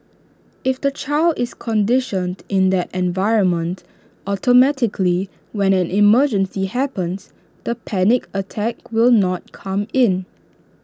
if the child is conditioned in that environment automatically when an emergency happens the panic attack will not come in